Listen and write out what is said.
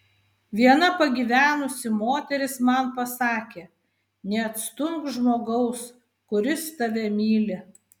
viena pagyvenusi moteris man pasakė neatstumk žmogaus kuris tave myli